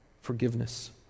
forgiveness